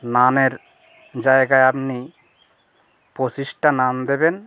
নানের জায়গায় আপনি পঁচিশটা নান দেবেন